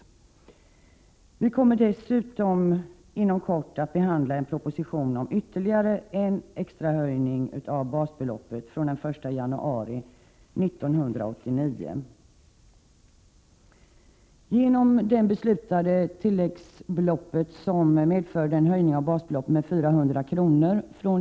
Inom kort kommer vi dessutom att behandla en proposition om ytterligare en extrahöjning av basbeloppet den 1 januari 1989. Genom det beslutade tilläggsbeloppet, som medförde en höjning av basbeloppet med 400 kr.